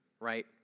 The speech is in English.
right